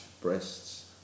breasts